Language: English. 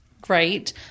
great